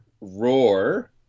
Roar